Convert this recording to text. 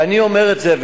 ואני אומר את זה,